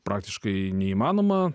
praktiškai neįmanoma